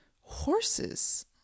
Horses